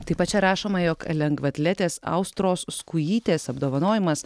taip pat čia rašoma jog lengvaatletės austros skujytės apdovanojimas